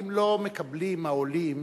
האם לא מקבלים העולים